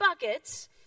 buckets